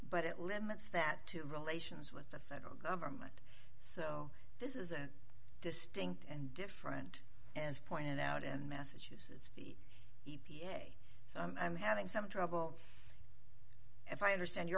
but it limits that to relations with the federal government so this is a distinct and different answer pointed out in massachusetts e p a i'm having some trouble if i understand your